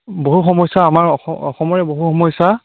বহু সমস্যা আমাৰ অসম অসমৰে বহু সমস্যা